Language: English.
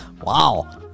Wow